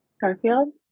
Garfield